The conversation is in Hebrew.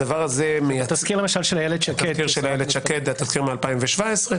הדבר הזה - התזכיר של אילת שקד מ-2017,